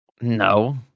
No